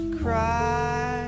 cry